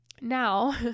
Now